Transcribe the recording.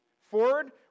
forward